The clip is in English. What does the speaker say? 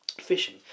fishing